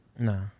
No